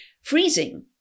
Freezing